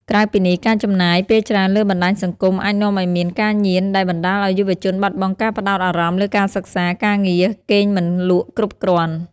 ក្រៅពីនេះការចំណាយពេលច្រើនលើបណ្តាញសង្គមអាចនាំឲ្យមាន ការញៀន ដែលបណ្តាលឲ្យយុវជនបាត់បង់ការផ្តោតអារម្មណ៍លើការសិក្សា ការងារ គេងមិនលក់គ្រប់គ្រាន់ ។